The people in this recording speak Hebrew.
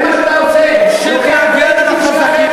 זה מה שאתה עושה, תמשיך להגן על החזקים.